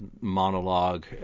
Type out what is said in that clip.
monologue